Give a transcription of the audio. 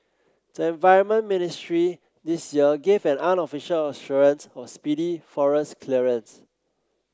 the environment ministry this year gave an unofficial assurance of speedy forest clearance